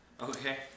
Okay